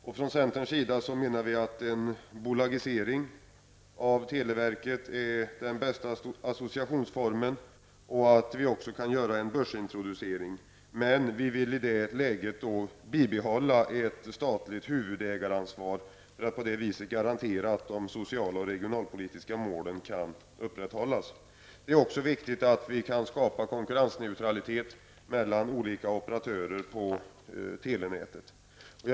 Vi i centern menar att en bolagisering av televerket är den bästa associationsformen och att en börsintroducering också kan ske. Men vi vill i detta läge bibehålla ett statligt huvudägaransvar för att på det sättet garantera att de sociala och regionalpolitiska målen kan upprätthållas. Det är också viktigt att vi kan skapa konkurrensneutralitet mellan olika operatörer på telenätet. Herr talman!